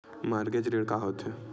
Mortgage ऋण का होथे?